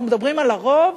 אנחנו מדברים על הרוב?